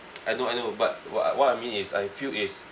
I know I know but what what I mean is I feel it's